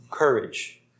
courage